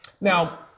Now